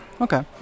okay